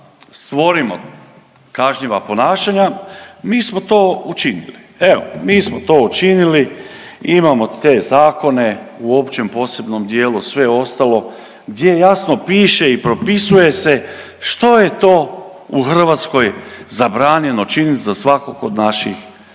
stvorimo kažnjiva ponašanja, mi smo to učinili, evo mi smo to učinili. Imamo te zakone u općem posebnom dijelu sve ostalo gdje jasno piše i propisuje se što je to u Hrvatskoj zabranjeno činjenica svakog od naših